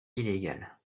illégale